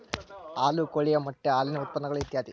ಹಾಲು ಕೋಳಿಯ ಮೊಟ್ಟೆ ಹಾಲಿನ ಉತ್ಪನ್ನಗಳು ಇತ್ಯಾದಿ